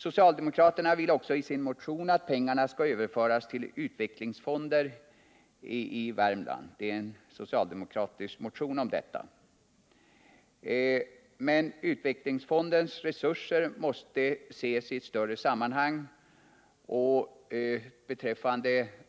Socialdemokraterna säger också i en motion att de vill att pengarna skall överföras till utvecklingsfonden i Värmland. Men utvecklingsfondens resurser måste ses i ett större sammanhang.